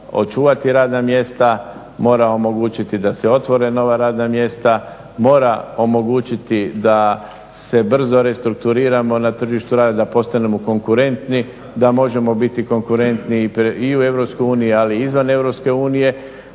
očuvati radna mjesta, mora omogućiti da se otvore nova radna mjesta, mora omogućiti da se brzo restrukturiramo na tržištu rada, da postanemo konkurentni, da možemo biti konkurentni i u Europskoj uniji,